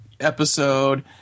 episode